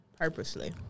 Purposely